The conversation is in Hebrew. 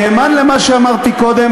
נאמן למה שאמרתי קודם,